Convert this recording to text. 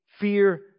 fear